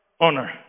honor